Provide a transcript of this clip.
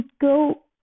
go